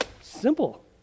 Simple